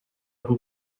who